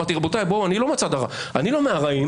אמרתי, רבותיי, אני לא מהצד הרע, אני לא מהרעים.